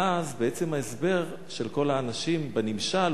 ואז בעצם ההסבר של כל האנשים בנמשל